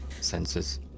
senses